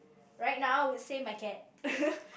right now would say my cat